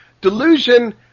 Delusion